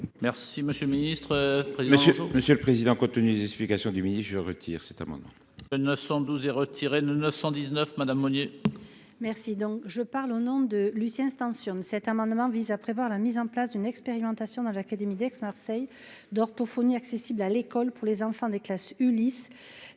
Merci, monsieur le Ministre, monsieur. Monsieur le Président, compte-tenu des explications du midi je retire cet amendement. 912 et retiré de 919 Madame Meunier. Merci donc je parle au nom de Lucien sur cet amendement vise à prévoir la mise en place d'une expérimentation dans l'académie d'Aix-Marseille d'orthophonie accessible à l'école pour les enfants des classes Ulis